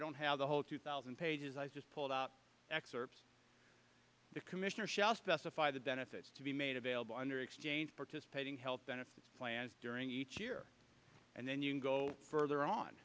don't have the whole two thousand pages i just pulled up excerpts the commissioner shall specify the benefits to be made available under exchange participating health benefits plans during each year and then you go further on